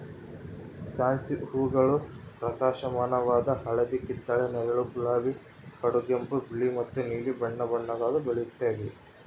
fancy ಹೂಗಳು ಪ್ರಕಾಶಮಾನವಾದ ಹಳದಿ ಕಿತ್ತಳೆ ನೇರಳೆ ಗುಲಾಬಿ ಕಡುಗೆಂಪು ಬಿಳಿ ಮತ್ತು ನೀಲಿ ಬಣ್ಣ ಬಣ್ಣಗುಳಾಗ ಬೆಳೆಯುತ್ತವೆ